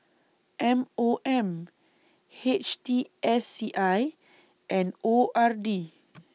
M OM H T S C I and O R D